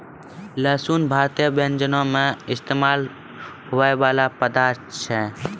लहसुन भारतीय व्यंजनो मे इस्तेमाल होय बाला पदार्थ छै